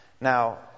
Now